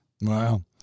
Wow